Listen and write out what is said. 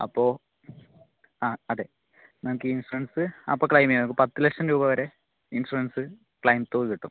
അപ്പോൾ ആ അതെ നമുക്ക് ഈ ഇൻഷുറൻസ് അപ്പോൾ ക്ലൈമ് ചെയ്യാം നമുക്ക് പത്ത് ലക്ഷം രൂപ വരെ ഇൻഷുറൻസ് ക്ലൈം തുക കിട്ടും